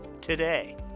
today